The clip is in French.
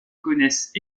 connaissent